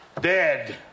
dead